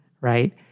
Right